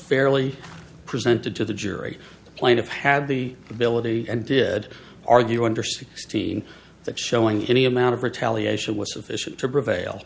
fairly presented to the jury plan of had the ability and did argue under sixteen that showing any amount of retaliation was sufficient to prevail